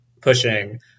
pushing